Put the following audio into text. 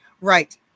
right